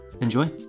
Enjoy